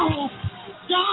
God